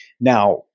Now